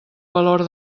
valor